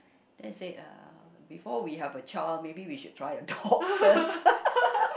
they said uh before we have a child maybe we should try a dog first